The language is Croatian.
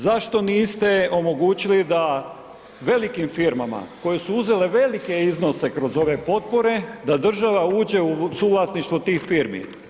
Zašto niste omogućili da velikim firmama koje su uzele velike iznose kroz ove potpore, da država uđe u suvlasništvo tih firmi.